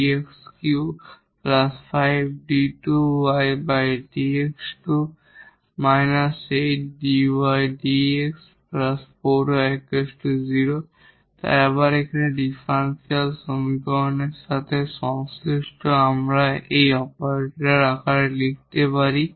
তাই আবার এই ডিফারেনশিয়াল সমীকরণের সাথে সংশ্লিষ্ট আমরা একটি অপারেটর আকারে লিখতে পারি